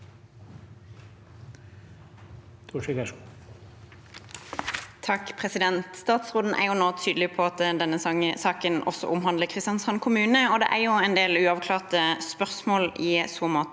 (V) Stats- råden er nå tydelig på at denne saken også omhandler Kristiansand kommune, og det er en del uavklarte spørsmål i så måte.